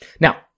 Now